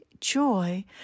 joy